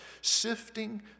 sifting